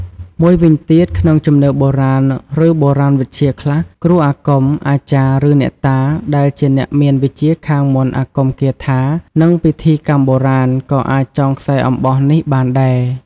មួយវិញទៀត ក្នុងជំនឿបុរាណ ឬបូរាណវិទ្យាខ្លះ គ្រូអាគម អាចារ្យ ឬអ្នកតា ដែលជាអ្នកមានវិជ្ជាខាងមន្តអាគមគាថា និងពិធីកម្មបុរាណ ក៏អាចចងខ្សែអំបោះនេះបានដែរ។